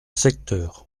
secteurs